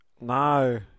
No